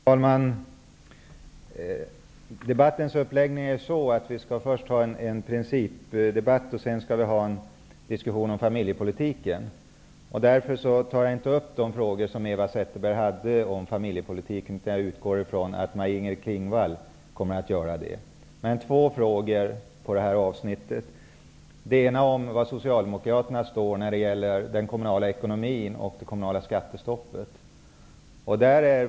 Herr talman! Debattens uppläggning är sådan att vi först skall ha en principdebatt och sedan skall vi ha en diskussion om familjepolitiken. Därför tar jag inte upp de frågor som Eva Zetterberg hade om familjepolitiken, eftersom jag utgår från att Maj Inger Klingvall kommer att göra det. Jag skall dock ta upp två av frågorna som gäller det här avsnittet. Den ena frågan gällde var Socialdemokraterna står när det gäller den kommunala ekonomin och det kommunala skattestoppet.